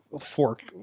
Fork